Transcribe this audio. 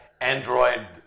android